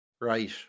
Right